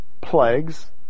plagues